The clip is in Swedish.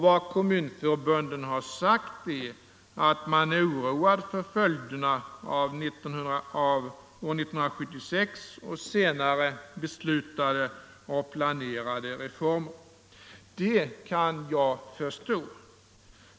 Vad kommunförbunden har sagt är att man är oroad för följderna av beslutade och planerade reformer för år 1976 och senare. Det kan jag förstå.